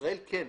ישראל כן,